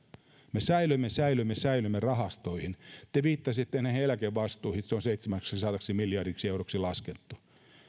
me säilömme säilömme säilömme rahastoihin te viittasitte näihin eläkevastuihin se on seitsemäksisadaksi miljardiksi euroksi laskettu